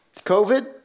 COVID